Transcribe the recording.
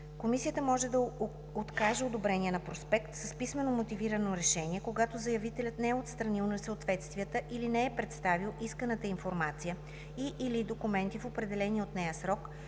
Комисията може да откаже одобрение на проспект с писмено мотивирано решение, когато заявителят не е отстранил несъответствията или не е представил исканата информация и/или документи в определения от нея срок,